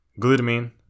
glutamine